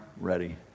ready